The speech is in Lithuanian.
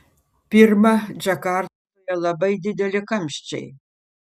pirma džakartoje labai dideli kamščiai